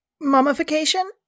Mummification